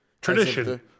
tradition